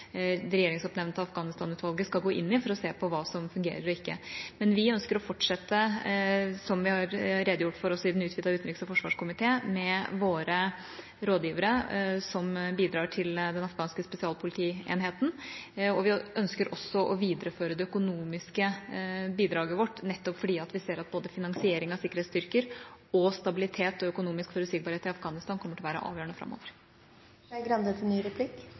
det regjeringsoppnevnte Afghanistanutvalget skal gå inn i, for å se på hva som fungerer og ikke. Men vi ønsker, som vi har redegjort for også i den utvidede utenriks- og forsvarskomité, å fortsette med våre rådgivere som bidrar til den afghanske spesialpolitienheten, og vi ønsker også å videreføre det økonomiske bidraget vårt, nettopp fordi vi ser at både finansiering av sikkerhetsstyrker, stabilitet og økonomisk forutsigbarhet i Afghanistan kommer til å være avgjørende framover. Ettersom jeg klarte å telle at det var én replikk igjen, har jeg muligheten til